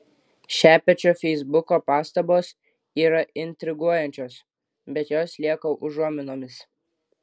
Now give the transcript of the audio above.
šepečio feisbuko pastabos yra intriguojančios bet jos lieka užuominomis